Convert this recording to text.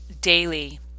daily